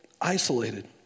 isolated